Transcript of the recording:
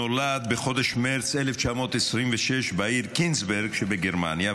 נולד בחודש מרץ 1926 בעיר קניגסברג שבגרמניה,